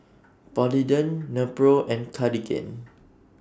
Polident Nepro and Cartigain